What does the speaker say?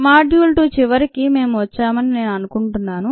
module 2 చివరికి మేము వచ్చామని నేను అనుకుంటున్నాను